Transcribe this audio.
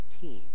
team